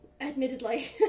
Admittedly